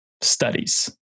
studies